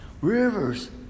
rivers